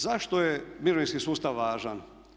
Zašto je mirovinski sustav važan?